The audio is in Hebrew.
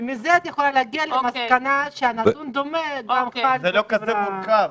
מכך את יכולה להגיע למסקנה שהנתון דומה גם בחברה --- זה לא כזה מורכב.